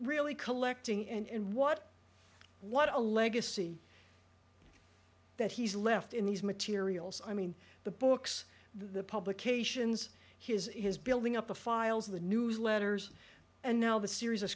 really collecting and what what a legacy that he's left in these materials i mean the books the publications his in his building up the files of the newsletters and now the series of